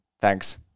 Thanks